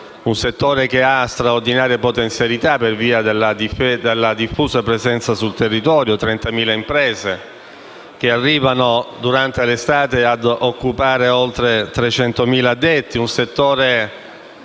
Un settore che ha straordinarie potenzialità in virtù della diffusa presenza sul territorio: 30.000 imprese che arrivano, durante l'estate, a occupare oltre 300.000 addetti. Un settore